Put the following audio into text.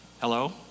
Hello